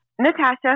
natasha